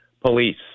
police